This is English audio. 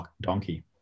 donkey